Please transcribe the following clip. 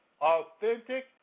Authentic